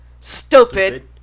Stupid